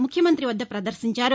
ముఖ్యమంతి వద్ద ప్రదర్భించారు